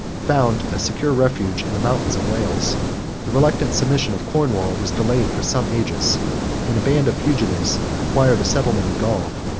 found a secure refuge in the mountains of wales the reluctant submission of cornwall was delayed for some ages and a band of fugitives acquired a settlement in gaul,